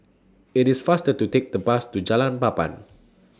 IT IS faster to Take The Bus to Jalan Papan